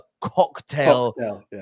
cocktail